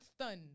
stunned